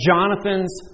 Jonathan's